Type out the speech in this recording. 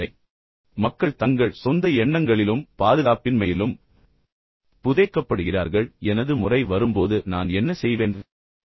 எனவே மக்கள் பொதுவாக தங்கள் சொந்த எண்ணங்களிலும் தங்கள் சொந்த பாதுகாப்பின்மையிலும் புதைக்கப்படுகிறார்கள் எனது முறை வரும்போது நான் என்ன செய்வேன் என்று அவர்களும் பயப்படுகிறார்கள்